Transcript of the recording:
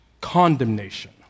Condemnation